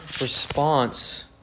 response